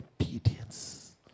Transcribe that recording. Obedience